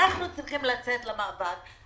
אנחנו צריכים לצאת למאבק,